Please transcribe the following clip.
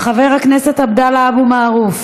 חברת הכנסת עליזה לביא,